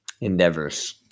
endeavors